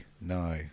no